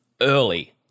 early